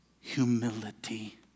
humility